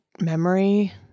memory